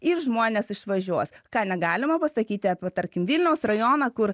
ir žmonės išvažiuos ką negalima pasakyti apie tarkim vilniaus rajoną kur